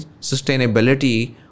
sustainability